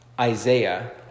Isaiah